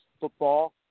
football